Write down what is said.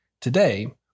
Today